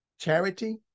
charity